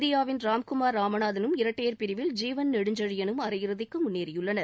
இந்தியாவின் ராம்குமார் ராமநாதனும் இரட்டையர் பிரிவில் ஜீவன் நெடுஞ்செழியனும் அரையிறுதிக்கு முன்னேறியுள்ளனர்